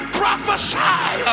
prophesy